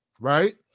right